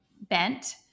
bent